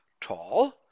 Tall